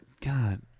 God